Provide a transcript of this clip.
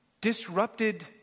disrupted